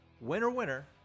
Winner-winner